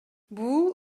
бул